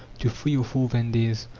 to three or four vendees,